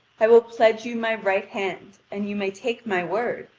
i will pledge you my right hand, and you may take my word,